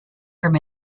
from